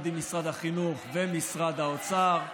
עם משרד החינוך ומשרד האוצר.